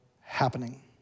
happening